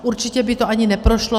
Určitě by to ani neprošlo.